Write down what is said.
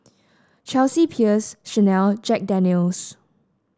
Chelsea Peers Chanel Jack Daniel's